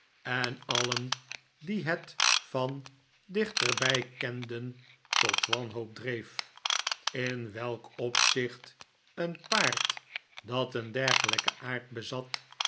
en alien die het van dichterbij kenden tot wanhoop dreef in welk opzicht een paard dat een dergelijken aard bezat